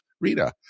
Rita